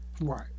right